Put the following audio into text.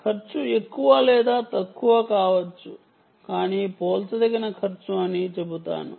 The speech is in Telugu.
ఖర్చు ఎక్కువ లేదా తక్కువ కావచ్చు కానీ పోల్చదగిన ఖర్చు అని చెబుతాను